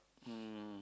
um